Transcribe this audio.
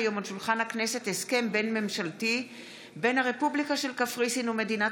הסכם בין-ממשלתי בין הרפובליקה של קפריסין ומדינת